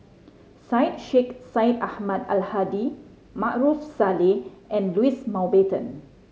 Syed Sheikh Syed Ahmad Al Hadi Maarof Salleh and Louis Mountbatten